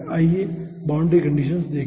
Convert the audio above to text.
आइए boundary conditions देखे